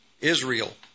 Israel